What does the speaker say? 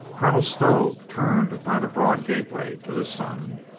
colonel stow turned by the broad gateway to the sun.